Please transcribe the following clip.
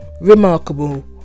Remarkable